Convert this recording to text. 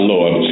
Lord